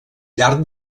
llarg